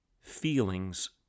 feelings